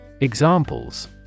Examples